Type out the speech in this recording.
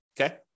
Okay